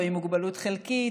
או עם מוגבלות חלקית,